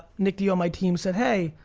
nick d on my team said hey,